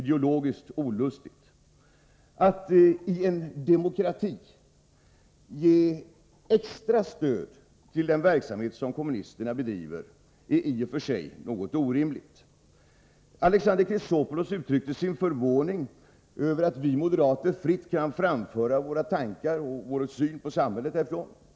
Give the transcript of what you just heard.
Det är i och för sig orimligt att i en demokrati ge extra stöd till verksamhet som bedrivs av kommunister. Alexander Chrisopoulos var förvånad över att vi moderater fritt kan ge uttryck för våra tankar och vår syn på samhället.